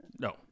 No